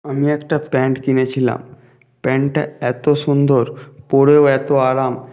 আমি একটা প্যান্ট কিনেছিলাম প্যান্টটা এত সুন্দর পরেও এত আরাম